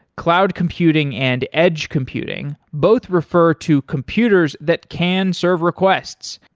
cloud computing and edge computing both refer to computers that can serve requests.